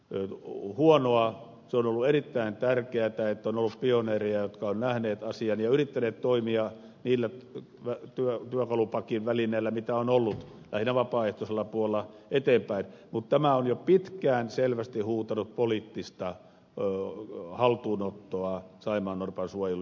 on ollut erittäin tärkeätä että on ollut pioneereja jotka ovat nähneet asian ja yrittäneet toimia niillä työkalupakin välineillä mitä on ollut lähinnä vapaaehtoisella puolella eteenpäin mutta tämä on jo pitkään selvästi huutanut poliittista haltuunottoa saimaannorpan suojeluun